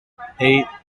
eight